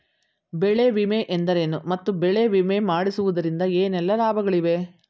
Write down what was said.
ಬೆಳೆ ವಿಮೆ ಎಂದರೇನು ಮತ್ತು ಬೆಳೆ ವಿಮೆ ಮಾಡಿಸುವುದರಿಂದ ಏನೆಲ್ಲಾ ಲಾಭಗಳಿವೆ?